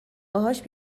باهاش